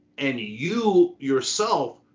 and you yourself,